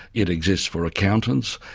it exists for accountants.